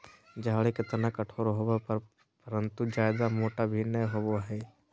झाड़ी के तना कठोर होबो हइ परंतु जयादा मोटा भी नैय होबो हइ